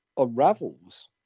unravels